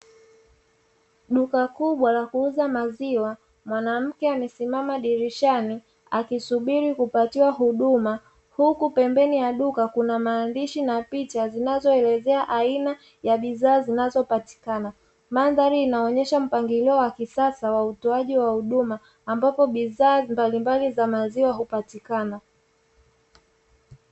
Duka kubwa la kuuza maziwa mwanamke amesimama dukani huku ukutani kuna baadhi ya picha mbalimbali za maziwa zinazopatikana kwaajili ya kumuonyesha mteja bidhaa hizo